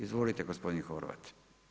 Izvolite gospodin Horvat.